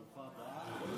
ברוכה הבאה.